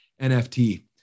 NFT